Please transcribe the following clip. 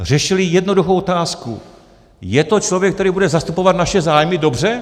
Řešili jednoduchou otázku: Je to člověk, který bude zastupovat naše zájmy dobře?